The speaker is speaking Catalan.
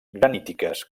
granítiques